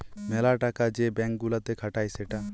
মেলা টাকা যে ব্যাঙ্ক গুলাতে খাটায় সেটা